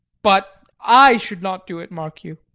but i should not do it, mark you,